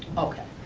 okay.